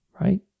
right